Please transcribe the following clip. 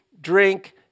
drink